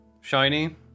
shiny